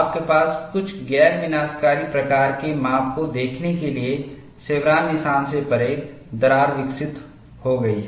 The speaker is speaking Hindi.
आपके पास कुछ गैर विनाशकारी प्रकार के माप को देखने के लिए शेवरॉन निशान से परे दरार विकसित हो गई है